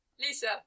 Lisa